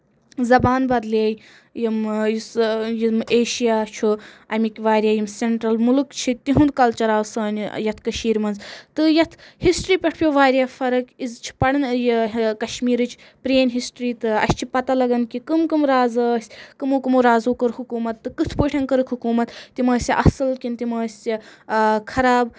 زَبان بَدلیٚیہِ یِم یُس یہِ ایشیا چھُ اَمیکۍ واریاہ یِم سیٚنٛٹرل مُلٕک چھِ تِہنٛد کَلچر آو سانہِ یَتھ کٔشیٖر منٛز تہٕ یَتھ ہِسٹری پٮ۪ٹھ پیوو فَرق أسۍ چھِ پَران یہِ کشمیٖرٕچ پرینۍ ہِسٹری تہٕ اَسہِ چھ پَتہ لَگان کہِ کٔم کٔم راز ٲسۍ کٔمو کٔمو رازو کوٚر حکوٗمت تہٕ کِتھ پٲٹھۍ کٔرٕکھ حکوٗمت تِم ٲسیا اَصٕل کِنہٕ تِم ٲسۍ خراب